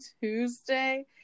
Tuesday